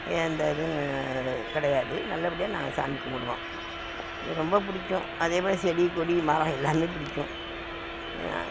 எந்த எதுவும் கிடையாது நல்லபடியாக நாங்கள் சாமி கும்பிடுவோம் ரொம்ப பிடிக்கும் அதேப்போல் செடி கொடி மரம் எல்லாம் பிடிக்கும்